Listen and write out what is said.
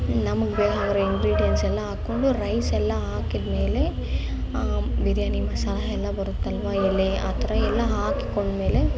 ನಮ್ಗೆ ಬೇಕಾಗಿರೋ ಇಂಗ್ರಿಡಿಯನ್ಸೆಲ್ಲ ಹಾಕ್ಕೊಂಡು ರೈಸ್ ಎಲ್ಲ ಹಾಕಿದ್ಮೇಲೆ ಬಿರ್ಯಾನಿ ಮಸಾಲ ಎಲ್ಲ ಬರುತ್ತಲ್ವಾ ಎಲೆ ಆ ಥರ ಎಲ್ಲ ಹಾಕಿಕೊಂಡ್ಮೇಲೆ